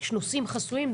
יש נושאים חסויים,